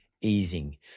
easing